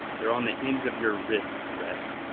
they're on the ends of your wrists, rhett.